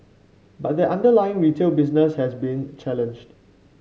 but that underlying retail business has been challenged